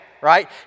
right